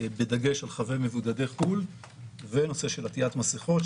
בדגש על חבי בידוד שמגיעים מחו"ל ובנושא של עטית מסיכות.